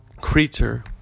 creature